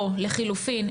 או לחילופין,